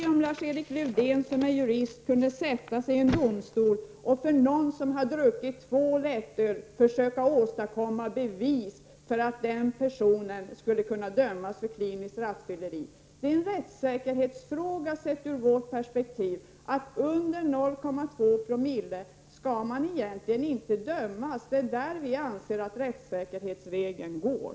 Kan Lars Erik Lövdén, som är jurist, sätta sig i en domstol och för någon som har druckit två lättöl försöka åstadkomma bevis för att denna skulle kunna dömas för kliniskt rattfylleri? Som vi ser det är det en rättssäkerhetsfråga. Vid alkoholhalter under 0,2 20 skall man egentligen inte dömas. Det är där vi anser att rättssäkerhetsgränsen går.